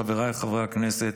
חבריי חברי הכנסת,